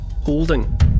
holding